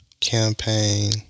campaign